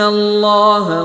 Allah